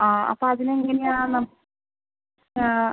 അപ്പോൾ അതിനെങ്ങനെയാണ്